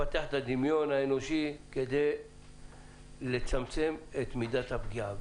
לפתח את הדמיון האנושי כדי לצמצם את מידת הפגיעה.